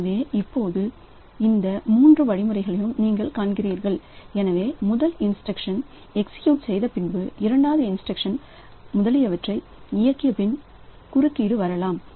எனவே இப்போது இந்த மூன்று வழிமுறைகளையும் நீங்கள் காண்கிறீர்கள் எனவே முதல் இன்ஸ்டிரக்ஷன் எக்ஸி கியூட் செய்தபின் இரண்டாவது இன்ஸ்டிரக்ஷன் முதலியவற்றை இயக்கிய பின் குறுக்கீடு வரலாம்